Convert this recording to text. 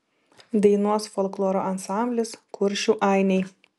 dainuos folkloro ansamblis kuršių ainiai